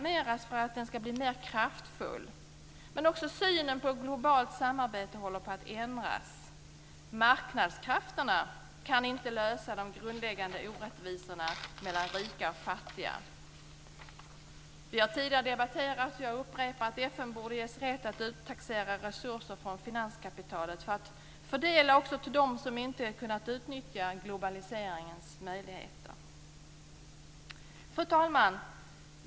Men också synen på ett globalt samarbete håller på att ändras. Marknadskrafterna kan inte lösa de grundläggande orättvisorna mellan rika och fattiga. Vi har tidigare debatterat, och det vill jag upprepa, att FN borde ges rätt att uttaxera resurser från finanskapitalet för att fördela också till dem som inte kunnat utnyttja globaliseringens möjligheter. Fru talman!